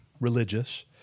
religious